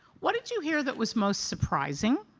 what did you hear that was most surprising